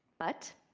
but